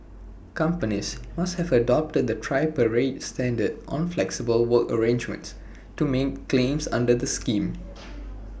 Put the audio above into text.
companies must have adopted the tripartite standard on flexible work arrangements to make claims under the scheme